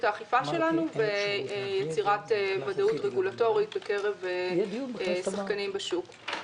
האכיפה שלנו ויצירת ודאות רגולטורית בקרב שחקנים בשוק.